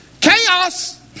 Chaos